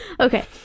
Okay